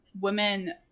women